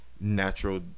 natural